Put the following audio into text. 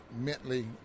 mentally